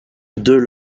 deux